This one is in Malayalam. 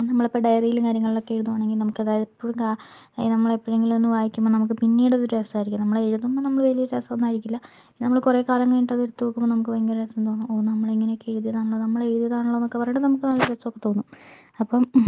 നമ്മളിപ്പം ഡയറിലും കാര്യങ്ങളിലൊക്കെ എഴുതുവാണെങ്കിൽ നമുക്ക് നമ്മളെപ്പഴെങ്കിലും ഒന്ന് വായിക്കുമ്പം നമുക്ക് പിന്നീടതൊരു രസായിരിക്കും നമ്മള് എഴുതുമ്പം നമ്മള് വലിയ രസമൊന്നും ആയിരിക്കില്ല നമ്മള് കുറേക്കാലം കഴിഞ്ഞിട്ട് അത് എടുത്ത് നോക്കുമ്പോൾ നമുക്ക് ഭയങ്കര രസം തോന്നും ഓ നമ്മളിങ്ങനെയൊക്കെ എഴുതിയതാണല്ലോ നമ്മള് എഴുതിയതാണല്ലോന്നൊക്കെ പറഞ്ഞിട്ട് നമുക്ക് നല്ല രസമൊക്കെ തോന്നും അപ്പം